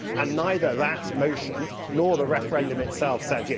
and neither that motion nor the referendum itself said, yeah